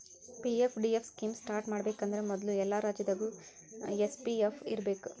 PFDF scheme start ಮಾಡಬೇಕಂದ್ರ ಮೊದ್ಲು ಎಲ್ಲಾ ರಾಜ್ಯದಾಗು ಎಸ್.ಪಿ.ಎಫ್.ಇ ಇರ್ಬೇಕು